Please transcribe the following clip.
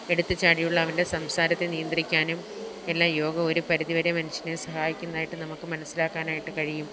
എടുത്തു ചാടിയുള്ള അവന്റെ സംസാരത്തെ നിയന്ത്രിക്കാനും എല്ലാം യോഗ ഒരു പരിധി വരെ മനുഷ്യനെ സഹായിക്കുന്നതായിട്ട് നമുക്ക് മനസ്സിലാക്കാനായിട്ട് കഴിയും